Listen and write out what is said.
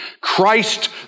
Christ